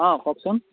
অঁ কওকচোন